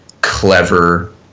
clever